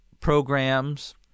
programs